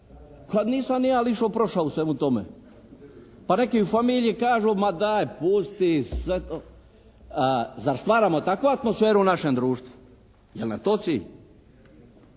kad nisam ni ja lično prošao u svemu tome? Pa neka im familije kažu ma daj pusti sad. Zar stvaramo takvu atmosferu u našem društvu? Jel nam to